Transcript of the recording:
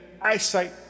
eyesight